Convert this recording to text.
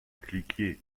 cliquez